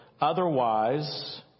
otherwise